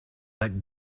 that